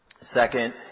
Second